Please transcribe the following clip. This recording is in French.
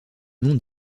non